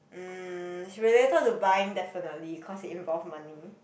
um is related to buying definitely cause involve money